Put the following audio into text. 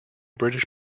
british